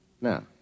Now